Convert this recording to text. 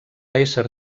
ésser